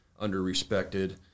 underrespected